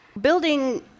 building